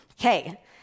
Okay